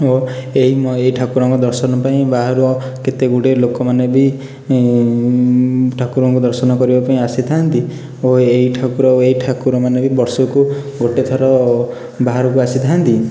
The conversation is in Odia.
ଓ ଏହି ଠାକୁରଙ୍କ ଦର୍ଶନ ପାଇଁ ବାହାରୁ କେତେଗୁଡ଼ିଏ ଲୋକମାନେ ବି ଠାକୁରଙ୍କୁ ଦର୍ଶନ କରିବା ପାଇଁ ଆସିଥାନ୍ତି ଓ ଏହି ଠାକୁର ଏହି ଠାକୁର ମାନେ ବି ବର୍ଷକୁ ଗୋଟେ ଥର ବାହାରକୁ ଆସିଥାନ୍ତି